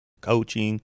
coaching